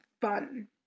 fun